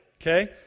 okay